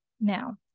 Now